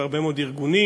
והרבה מאוד ארגונים,